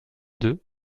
deux